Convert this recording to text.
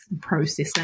processing